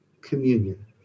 communion